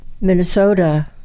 Minnesota